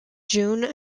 june